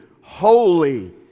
holy